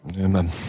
Amen